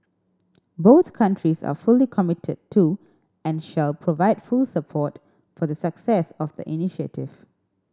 both countries are fully committed to and shall provide full support for the success of the initiative